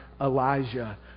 Elijah